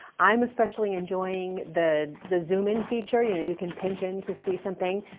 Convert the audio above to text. i'm especially enjoying the the zoom-in feature. you know, you can pitch in to see something.